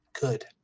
Good